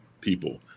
people